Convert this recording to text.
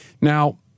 Now